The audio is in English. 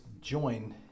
join